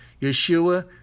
Yeshua